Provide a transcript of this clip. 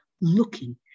looking